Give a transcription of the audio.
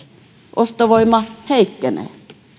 ostovoima heikkenee